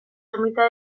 ermita